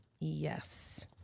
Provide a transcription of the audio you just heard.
yes